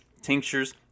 tinctures